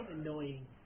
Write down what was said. annoying